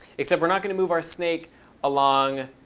except we're not going to move our snake along